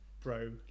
bro